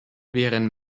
wären